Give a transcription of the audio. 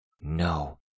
No